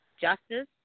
justice